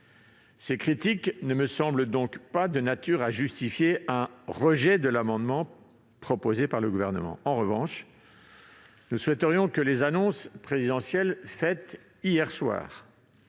Ces critiques ne me semblent donc pas de nature à justifier un rejet de l'amendement proposé par le Gouvernement. En revanche, nous souhaiterions que les annonces présidentielles faites hier soir,